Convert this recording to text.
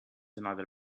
another